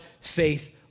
faith